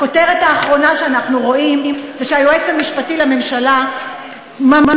הכותרת האחרונה שאנחנו רואים היא שהיועץ המשפטי לממשלה ממליץ